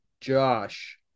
Josh